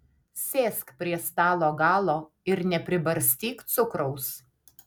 sėsk prie stalo galo ir nepribarstyk cukraus